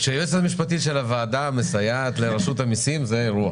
כאשר היועצת המשפטית של הוועדה מסייעת לרשות המסים זה אירוע.